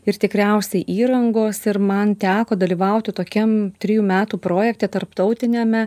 ir tikriausiai įrangos ir man teko dalyvauti tokiam trijų metų projekte tarptautiniame